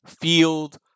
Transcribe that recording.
Field